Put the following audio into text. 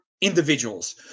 individuals